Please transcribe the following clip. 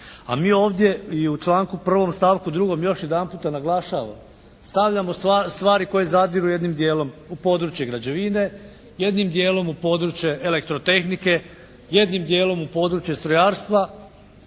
a mi ovdje u članku 1. stavku 2. još jedanputa naglašavamo. Stavljamo stvari koje zadiru jednim djelom u područje građevine, jednim djelom u područje elektrotehnike, jednim djelom u područje strojarstva